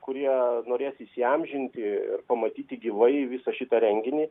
kurie norės įsiamžinti ir pamatyti gyvai visą šitą renginį